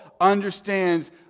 understands